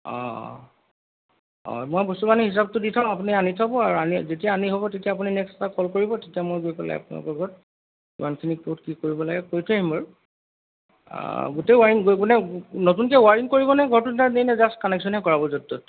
অঁ মই বস্তু বাহানি হিচাপটো দি থওঁ আপুনি আনি থ'ব আৰু আনি যেতিয়া আনি হ'ব তেতিয়া আপুনি নেক্সট এটা কল কৰিব তেতিয়া মই গৈ পেলাই আপোনালোকৰ ঘৰত কিমানখিনি ক'ত কি কৰিব লাগে কৰি থৈ আহিম বাৰু গোটেই ৱাৰিং কৰিবনে নতুনকে ৱায়াৰিং কৰিবনে ঘৰটো নে এনেই এটা জাষ্ট কানেকশ্যনহে কৰাব য'ত ত'ত